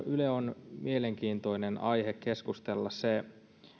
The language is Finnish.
yle on mielenkiintoinen aihe keskustella se